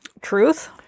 Truth